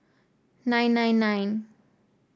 nine nine nine